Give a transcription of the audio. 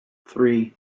three